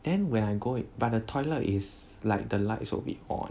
then when I go but the toilet is like the lights will be on